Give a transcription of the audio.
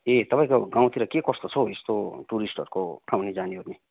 ए तपाईँको गाउँतिर के कस्तो छ हौ यस्तो टुरिस्टहरूको आउने जानेओर्ने